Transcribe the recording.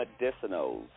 Medicinals